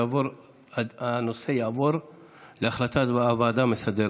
הנושא יעבור להחלטת הוועדה המסדרת.